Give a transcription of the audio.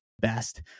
best